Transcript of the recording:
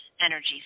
energy